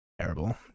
Terrible